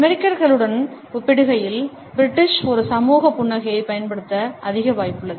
அமெரிக்கர்களுடன் ஒப்பிடுகையில் பிரிட்டிஷ் ஒரு சமூக புன்னகையைப் பயன்படுத்த அதிக வாய்ப்புள்ளது